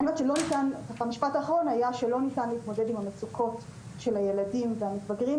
אני אומרת שלא ניתן להתמודד עם המצוקות של הילדים והמתבגרים,